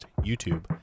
YouTube